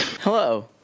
Hello